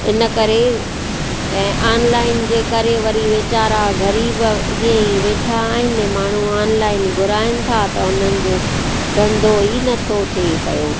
इन करे ऐं ऑनलाइन जे करे वरी वेचारा ग़रीब ईअं ई वेठा आहिनि माण्हू ऑनलाइन घुराइनि था त हुननि जो धंधो ई नथो थिए पियो